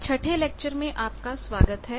छठे लेक्चर में आपका स्वागत है